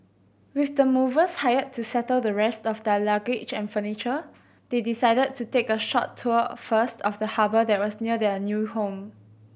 with the movers hired to settle the rest of their luggage and furniture they decided to take a short tour first of the harbour that was near their new home